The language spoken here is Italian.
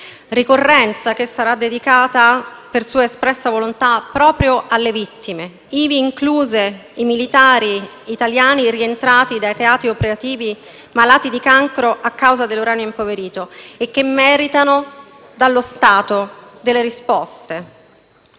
ricorrenza che sarà dedicata, per sua espressa volontà, proprio alle vittime, ivi inclusi i militari italiani rientrati dai teatri operativi malati di cancro a causa dell'uranio impoverito e che meritano dallo Stato delle risposte.